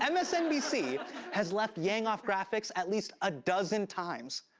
and msnbc has left yang off graphics at least a dozen times.